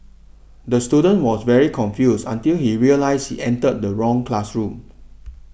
the student was very confused until he realised he entered the wrong classroom